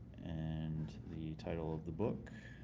and the title of the book